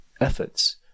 efforts